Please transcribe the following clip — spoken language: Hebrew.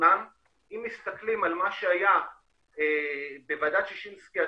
אם עיכוב בייצוא,